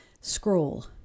scroll